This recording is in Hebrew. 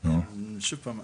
אני אליעזר בק.